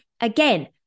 again